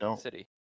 City